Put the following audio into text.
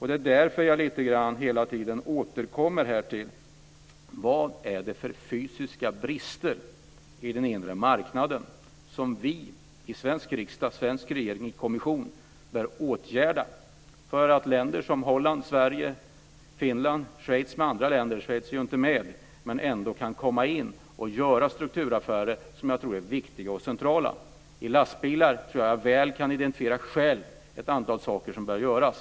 Det är därför jag hela tiden återkommer till frågan: Vad är det för fysiska brister i den inre marknaden som vi i svensk riksdag och regering och i kommissionen bör åtgärda för att länder som Holland, Schweiz är ju inte med i EU, men ändå - kan komma in och göra strukturaffärer som jag tror är viktiga och centrala? När det gäller lastbilar tror jag att jag väl kan identifiera själv ett antal saker som bör göras.